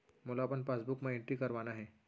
मोला अपन पासबुक म एंट्री करवाना हे?